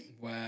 Wow